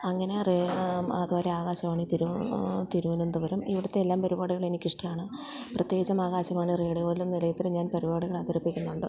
അങ്ങനെ അതുപോലെ ആകാശവാണി തിരുവനന്തപുരം ഇവിടുത്തെയെല്ലാം പരിപാടികള് എനിക്കിഷ്ടമാണ് പ്രത്യേകിച്ചും ആകാശവാണി റേഡിയോയിലും നിലയത്തിലും ഞാൻ പരിപാടികൾ അവതരിപ്പിക്കുന്നുണ്ട്